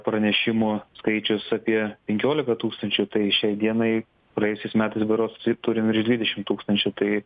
pranešimų skaičius apie penkiolika tūkstančių tai šiai dienai praėjusiais metais berods turim virš dvidešim tūkstančių tai